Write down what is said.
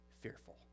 fearful